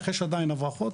יש עדיין הברחות,